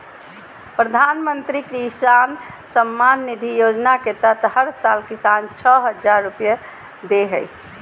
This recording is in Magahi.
प्रधानमंत्री किसान सम्मान निधि योजना के तहत हर साल किसान, छह हजार रुपैया दे हइ